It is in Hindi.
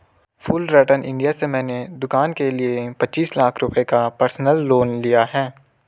फुलरटन इंडिया से मैंने दूकान के लिए पचीस लाख रुपये का पर्सनल लोन लिया है